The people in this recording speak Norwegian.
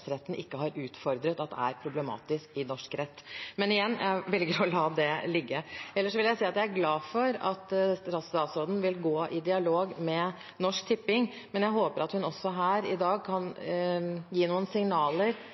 ikke har utfordret at er problematisk i norsk rett. Men igjen: jeg velger å la det ligge. Ellers vil jeg si at jeg er glad for at statsråden vil gå i dialog med Norsk Tipping, men jeg håper at hun også her i dag kan gi noen signaler